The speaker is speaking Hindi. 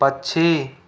पक्षी